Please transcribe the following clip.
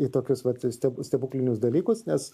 į tokius vat stiebu stebuklinius dalykus nes